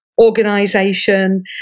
organization